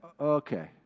Okay